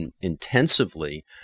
intensively